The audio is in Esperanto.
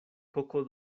koko